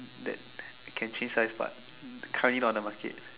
that can change size but currently not on the market